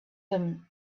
them